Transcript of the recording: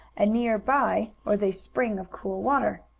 and near by was a spring of cool water.